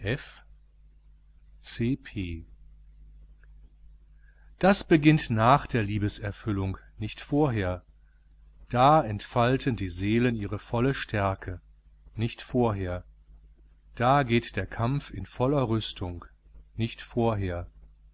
das beginnt nach der liebeserfüllung nicht vorher da entfalten die seelen ihre volle stärke nicht vorher da geht der kampf in voller rüstung nicht vorher